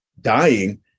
dying